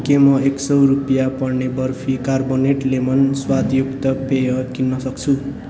के म एक सय रुपियाँ पर्ने बर्फि कार्बोनेट लेमोन स्वादयुक्त पेय किन्न सक्छु